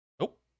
Nope